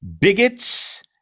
bigots